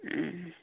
ᱩᱸ